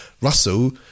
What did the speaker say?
Russell